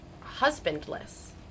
husbandless